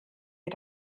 ihr